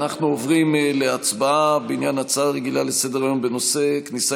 אנחנו עוברים להצבעה בעניין הצעה רגילה לסדר-היום בנושא: כניסה